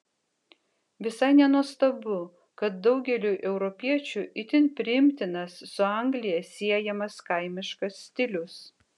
visai nenuostabu kad daugeliui europiečių itin priimtinas su anglija siejamas kaimiškas stilius